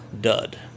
dud